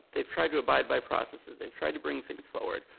they've tried to abide by processes, they've tried to bring things forward,